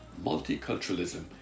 multiculturalism